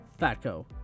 Fatco